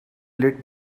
light